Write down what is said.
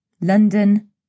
London